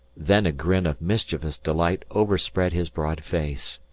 then a grin of mischievous delight overspread his broad face.